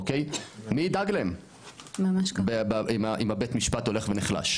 מי ידאג להם אם בית המשפט הולך ונחלש?